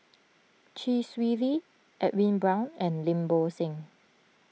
Chee Swee Lee Edwin Brown and Lim Bo Seng